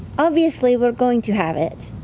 obviously, we're going to have it.